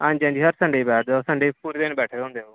हंजी हंजी हर सण्डै गी बेठदा सण्डै गी पूरे दिन बैठे दे होंदे ओह्